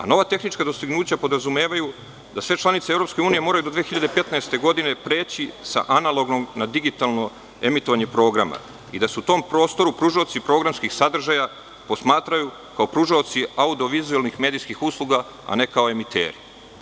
Nova tehnička dostignuća podrazumevaju da sve članice Evropske unije moraju do 2015. godine preći sa analognog na digitalno emitovanje programa i da se u tom prostoru pružaoci programskih sadržaja posmatraju kao pružaoci audio-vizuelnih medijskih usluga, a ne kao emiteri.